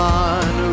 on